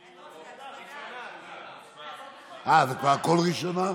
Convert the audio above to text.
אין טרומית, הכול בראשונה.